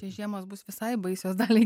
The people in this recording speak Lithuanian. tai žiemos bus visai baisios daliai